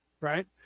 right